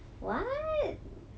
what